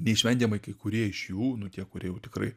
neišvengiamai kai kurie iš jų nu tie kurie jau tikrai